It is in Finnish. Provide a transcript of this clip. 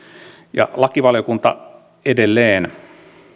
lakivaliokunta edelleen